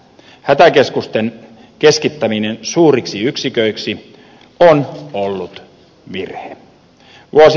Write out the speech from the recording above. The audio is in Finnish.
hätäkeskusten keskittäminen suuriksi yksiköiksi on ollut virhe